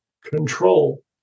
control